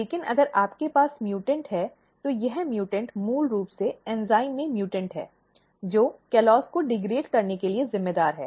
लेकिन अगर आपके पास म्यूटॅन्ट है तो यह म्यूटॅन्ट मूल रूप से एंजाइम में म्यूटॅन्ट है जो कॉलोज़ को डिग्रेड करने के लिए जिम्मेदार है